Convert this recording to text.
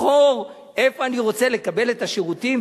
לבחור איפה אני רוצה לקבל את השירותים,